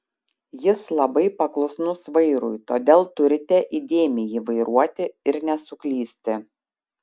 jis labai paklusnus vairui todėl turite įdėmiai jį vairuoti ir nesuklysti